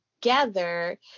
together